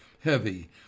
heavy